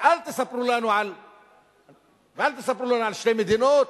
ואל תספרו לנו על שתי מדינות.